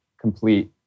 complete